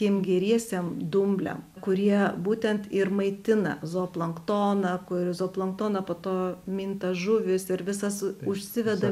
tiem geriesiem dumbliam kurie būtent ir maitina zooplanktoną kur zooplanktoną po to minta žuvys ir visas užsiveda